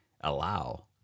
allow